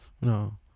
No